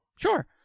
Sure